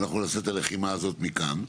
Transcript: אנחנו נעשה את הלחימה הזאת מכאן.